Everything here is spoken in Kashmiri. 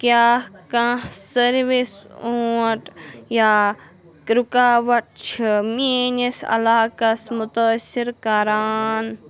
کیٛاہ کانٛہہ سٔروِس اونٛٹ یا رُکاوٹ چھِ میٛٲنِس علاقس متٲثِر کَران